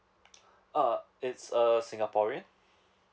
uh it's a singaporean